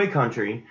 country